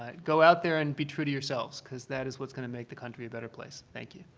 ah go out there and be true to yourselves because that is what's going to make the country a better place. thank you.